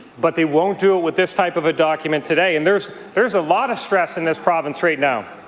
but they won't do it with this type of a document today and there is there is a lot of stress in this province right now.